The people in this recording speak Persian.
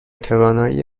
توانایی